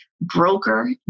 broker